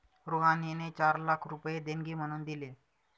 रुहानीने चार लाख रुपये देणगी म्हणून दिले